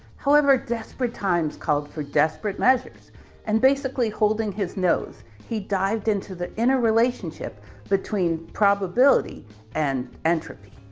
however, desperate times called for desperate measures and basically holding his nose, he dived into the interrelationship between probability and entropy.